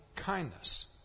kindness